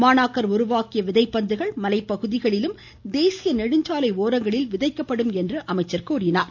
மாணாக்கர் உருவாக்கிய விதைப்பந்துகள் மலைப்பகுதிகளிலும் தேசிய நெடுஞ்சாலை ஓரங்களிலும் விதைக்கப்படும் என்றார்